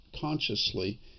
consciously